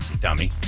dummy